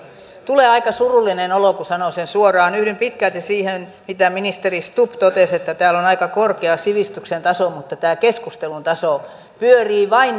tulee aika surullinen olo kun sanon sen suoraan yhdyn pitkälti siihen mitä ministeri stubb totesi siitä että täällä on aika korkea sivistyksen taso mutta tämä keskustelun taso pyörii vain